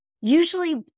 Usually